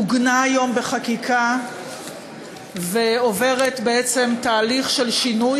עוגנה היום בחקיקה ועוברת בעצם תהליך של שינוי,